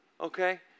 okay